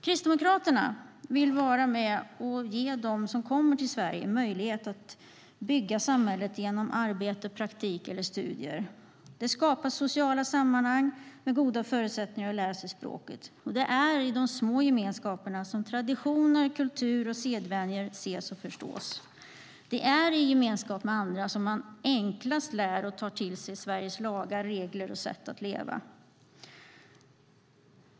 Kristdemokraterna vill vara med och ge dem som kommer till Sverige möjlighet att bygga samhället genom arbete, praktik eller studier. Det skapar sociala sammanhang med goda förutsättningar att lära sig språket. Det är i de små gemenskaperna som traditioner, kultur och sedvänjor ses och förstås. Det är i gemenskap med andra som man enklast lär sig och tar till sig Sveriges lagar, regler och sätt att leva.